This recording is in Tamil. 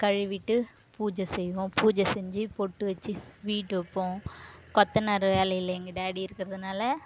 கழுவிட்டு பூஜை செய்வோம் பூஜை செஞ்சு பொட்டு வச்சி ஸ்வீட் வைப்போம் கொத்தனார் வேலையில் எங்கள் டேடி இருக்கிறதுனால